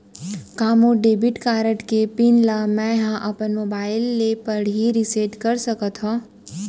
का मोर debit card के पिन ल मैं ह अपन मोबाइल से पड़ही रिसेट कर सकत हो?